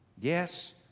Yes